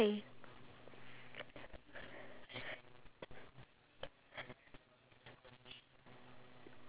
next time if you see like you know those car scents the one that they put at the aircon